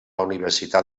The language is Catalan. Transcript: universitat